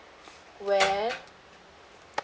when